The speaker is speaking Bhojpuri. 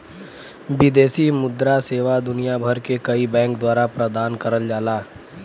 विदेशी मुद्रा सेवा दुनिया भर के कई बैंक द्वारा प्रदान करल जाला